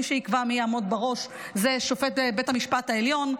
מי שיקבע מי יעמוד בראש זה שופט בית המשפט העליון,